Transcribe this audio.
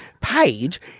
page